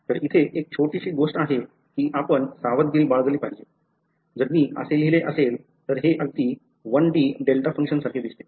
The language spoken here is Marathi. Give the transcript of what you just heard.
तर इथे एक छोटी गोष्ट आहे की आपण सावधगिरी बाळगली पाहिजे जर मी असे लिहिले असेल तर हे अगदी 1 डी डेल्टा फंक्शनसारखे दिसते